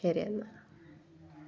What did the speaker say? ശരിയെന്നാൽ